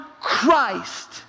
Christ